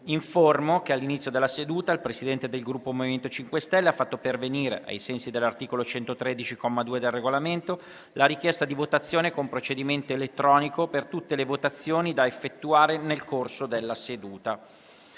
che all'inizio della seduta il Presidente del Gruppo MoVimento 5 Stelle ha fatto pervenire, ai sensi dell'articolo 113, comma 2, del Regolamento, la richiesta di votazione con procedimento elettronico per tutte le votazioni da effettuare nel corso della seduta.